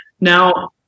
Now